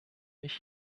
ich